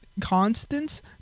constants